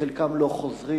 וחלקם לא חוזרים.